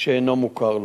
שאינו מוכר לו.